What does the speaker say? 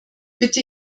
bitte